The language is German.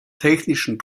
technischen